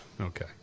Okay